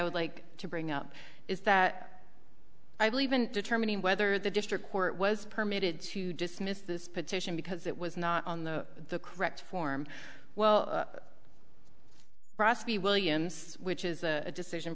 would like to bring up is that i believe in determining whether the district court was permitted to dismiss this petition because it was not on the correct form well roski williams which is a decision